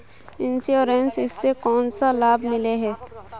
Insurance इस से कोन सा लाभ मिले है?